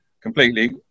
completely